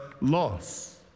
loss